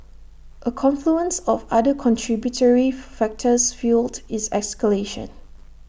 A confluence of other contributory factors fuelled its escalation